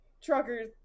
truckers